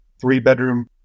three-bedroom